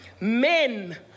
men